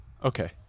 Okay